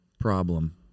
problem